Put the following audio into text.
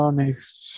next